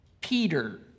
Peter